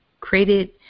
created